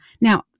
now